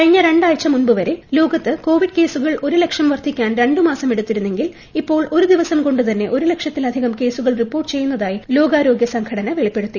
കഴിഞ്ഞ രണ്ടാഴ്ച മുമ്പുവരെ ലോകത്ത് കോവിഡ് കേസുകൾ ഒരു ലക്ഷം വർദ്ധിക്കാൻ രണ്ട് മാസം എടുത്തിരുന്നെങ്കിൽ ഇപ്പോൾ ഒരു ദിവസം കൊണ്ടു തന്നെ ഒരു ലക്ഷത്തിലധികം കേസുകൾ റിപ്പോർട്ട് ചെയ്യുന്നതായി ലോകാരോഗ്യ സംഘടന വെളിപ്പെടുത്തി